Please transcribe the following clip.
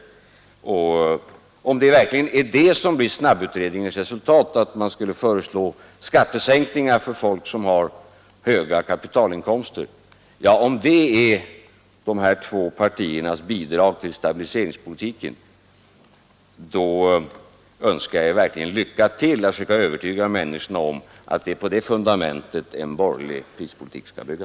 Om folkpartiets och moderaternas bidrag till stabiliseringspolitiken blir att snabbutredningen resulterar i att man skulle föreslå skattesänkning för folk som har höga kapitalinkomster, önskar jag er verkligen lycka till i försöket att övertyga människor om att det är på det fundamentet en borgerlig prispolitik skall bygga.